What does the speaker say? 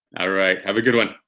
alright, have a good one.